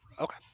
Okay